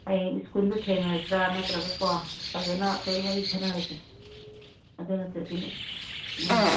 ꯍꯌꯦꯡ ꯁ꯭ꯀꯨꯜꯗ ꯊꯦꯡꯅꯔꯁꯤꯔ ꯅꯠꯇ꯭ꯔꯒꯀꯣ ꯐꯖꯅ ꯑꯩꯈꯣꯏ ꯋꯥꯔꯤ ꯈꯟꯅꯔꯁꯤ ꯑꯗꯨ ꯅꯠꯇ꯭ꯔꯗꯤ ꯎꯝ